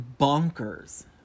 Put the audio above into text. bonkers